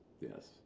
Yes